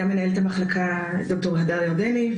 גם מנהלת המחלקה ד"ר הדר ירדני,